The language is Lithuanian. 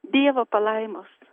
dievo palaimos